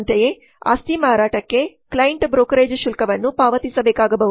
ಅಂತೆಯೇ ಆಸ್ತಿ ಮಾರಾಟಕ್ಕೆ ಕ್ಲೈಂಟ್ ಬ್ರೋಕರೇಜ್ ಶುಲ್ಕವನ್ನು ಪಾವತಿಸಬೇಕಾಗಬಹುದು